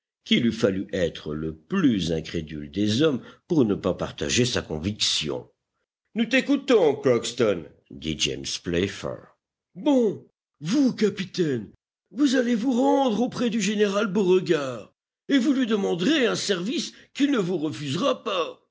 qu'il eût fallu être le plus incrédule des hommes pour ne pas partager sa conviction nous t'écoutons crockston dit james playfair bon vous capitaine vous allez vous rendre auprès du général beauregard et vous lui demanderez un service qu'il ne vous refusera pas